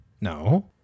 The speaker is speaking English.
No